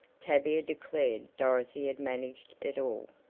tavia declared dorothy had managed it all.